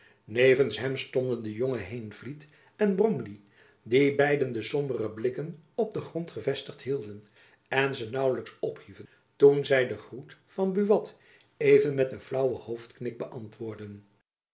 nevens hem stonden de jonge heenvliet en bromley die beiden de sombere blikken op den grond gevestigd hielden en ze naauwlijks ophieven toen zy de groet van buat even met een flaauwen hoofdknik beantwoordden